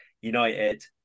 United